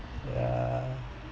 yeah